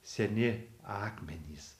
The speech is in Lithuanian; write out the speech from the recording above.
seni akmenys